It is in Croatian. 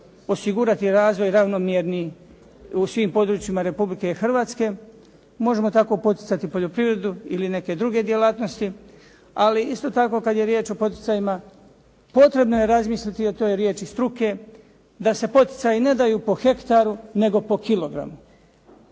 osigurati razvoj ravnomjerni u svim područjima Republike Hrvatske, možemo tako poticati poljoprivredu ili neke druge djelatnosti, ali isto tako kad je riječ o poticajima potrebno je razmisliti o toj riječi struke da se poticaji ne daju po hektaru, nego po kilogramu,